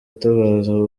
atabaza